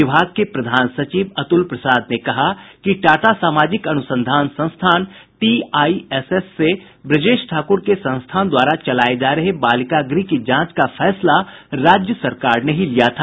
विभाग के प्रधान सचिव अतुल प्रसाद ने कहा है कि टाटा सामाजिक अनुसंधान संस्थान टीआईएसएस से ब्रजेश ठाकुर के संस्थान द्वारा चलाये जा रहे बालिका गृह की जांच का फैसला राज्य सरकार ने ही लिया था